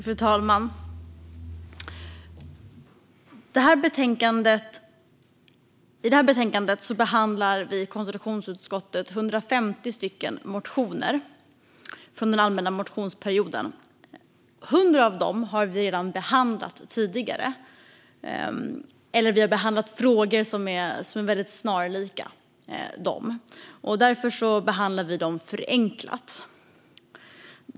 Fru talman! I det här betänkandet behandlar konstitutionsutskottet 150 motioner från den allmänna motionstiden. Vi har redan behandlat frågor som är snarlika 100 av dem, och därför behandlar vi dem förenklat.